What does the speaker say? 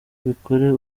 ubikore